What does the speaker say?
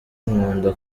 nkunda